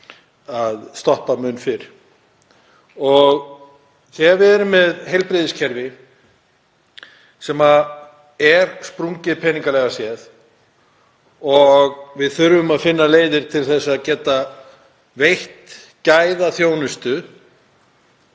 að stoppa mun fyrr. Þegar við erum með heilbrigðiskerfi sem er sprungið peningalega séð og þurfum að finna leiðir til að geta veitt gæðaþjónustu